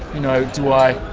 you know, do i